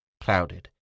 clouded